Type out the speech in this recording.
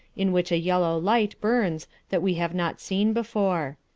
in which a yellow light burns that we have not seen before.